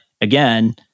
again